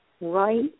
right